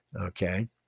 Okay